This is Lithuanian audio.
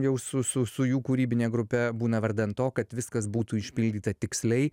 jau su su su jų kūrybine grupe būna vardan to kad viskas būtų išpildyta tiksliai